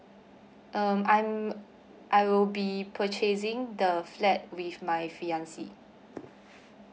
um I'm I will be purchasing the flat with my fiancee